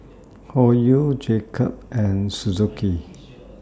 Hoyu Jacob's and Suzuki